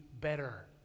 better